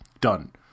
done